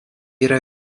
yra